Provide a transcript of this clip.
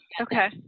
Okay